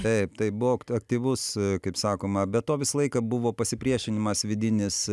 taip tai buvo aktyvus kaip sakoma be to visą laiką buvo pasipriešinimas vidinis